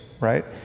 right